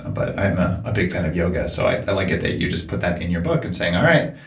and but i'm a big fan of yoga, so i i like it that you just put that in your book and saying, all right,